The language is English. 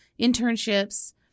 internships